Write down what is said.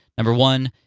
number one,